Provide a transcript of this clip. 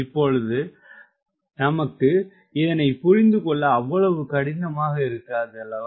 இப்பொழுது தமக்கு இதனை புரிந்துகொள்ள அவ்வளவு கடினமாக இருக்காது அன்றோ